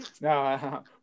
No